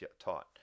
taught